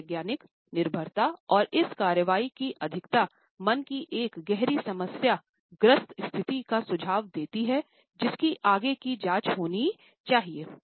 मनोवैज्ञानिक निर्भरता और इस कार्रवाई की अधिकता मन की एक गहरी समस्या ग्रस्त स्थिति का सुझाव देती है जिसकी आगे की जांच होनी चाहिए